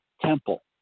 temple